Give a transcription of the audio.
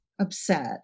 upset